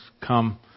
come